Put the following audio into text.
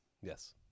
Yes